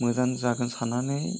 मोजां जागोन सान्नानै